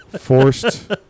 Forced